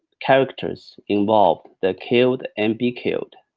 characters involved, the killed and be killed.